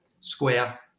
square